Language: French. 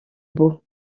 beau